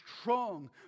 strong